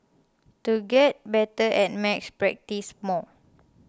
to get better at maths practise more